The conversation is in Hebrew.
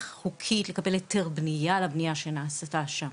חוקית לקבל היתר בנייה על הבנייה שנעשתה שם.